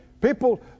People